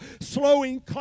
Slowing